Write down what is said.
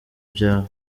byawe